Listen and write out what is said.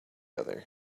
other